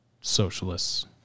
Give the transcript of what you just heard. socialists